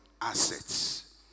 assets